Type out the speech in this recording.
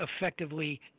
effectively